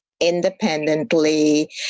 independently